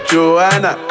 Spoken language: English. Joanna